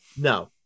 No